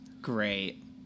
Great